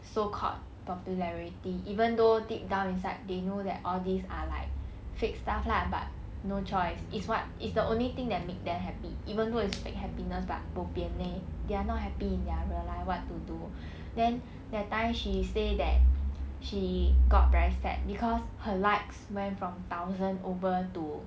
so called popularity even though deep down inside they know that all these are like fake stuff lah but no choice it's what it's the only thing that make them happy even though it's fake happiness but bo pian they they're not happy in their real life what to do then that time she say that she got very sad cause her likes went from thousand over to